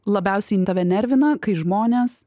labiausiai tave nervina kai žmonės